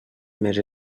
més